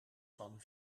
van